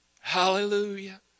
Hallelujah